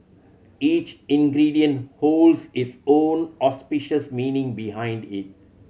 each ingredient holds its own auspicious meaning behind it